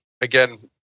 Again